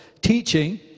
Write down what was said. teaching